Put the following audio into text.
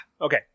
Okay